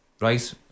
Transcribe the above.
right